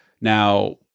Now